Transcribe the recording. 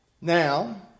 Now